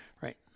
right